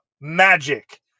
Magic